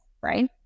right